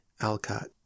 Alcott